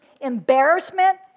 embarrassment